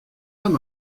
homme